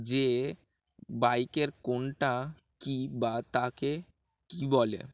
যে বাইকের কোনটা কী বা তাকে কী বলে